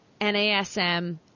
NASM